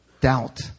Doubt